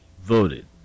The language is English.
voted